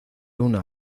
una